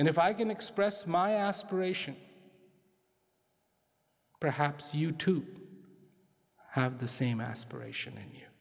and if i can express my aspiration perhaps you too have the same aspiration